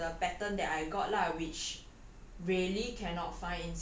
for the for the for the pattern that I got lah which